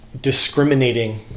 discriminating